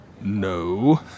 no